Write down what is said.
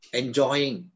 enjoying